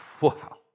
Wow